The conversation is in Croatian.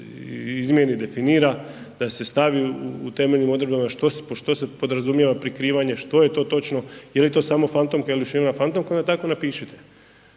izmijeni, definira, da se stavi u temeljnim odredbama što se, pod što se podrazumijeva prikrivanje, što je to točno, je li to samo fantomka ili ušivena fantomka onda tako napišite